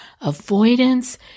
avoidance